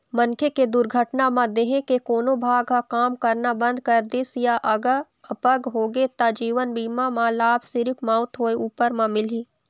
मनखे के दुरघटना म देंहे के कोनो भाग ह काम करना बंद कर दिस य अपंग होगे त जीवन बीमा म लाभ सिरिफ मउत होए उपर म मिलही